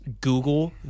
Google